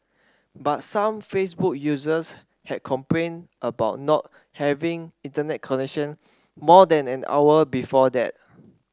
but some Facebook users had complained about not having Internet connection more than an hour before that